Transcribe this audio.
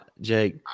Jake